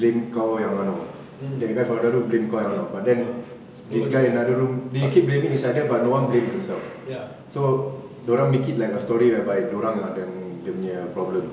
blame kau yang anuh mm that guy from another room blame kau yang anuh but then this guy another room they keep blaming each other but no one blames themselves ya so dorang make it like a story by dorang dia punya problem